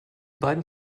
beiden